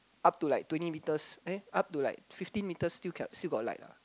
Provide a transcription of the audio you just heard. up to like twenty meters eh up to fifteen meters still got light lah